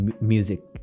Music